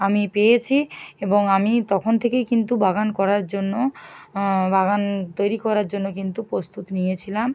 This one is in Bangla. আমি পেয়েছি এবং আমি তখন থেকেই কিন্তু বাগান করার জন্য বাগান তৈরি করার জন্য কিন্তু প্রস্তুত নিয়েছিলাম